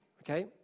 Okay